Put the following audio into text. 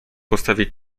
postawię